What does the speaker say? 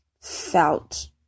felt